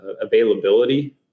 availability